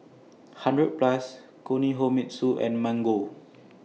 hundred Plus Kinohimitsu and Mango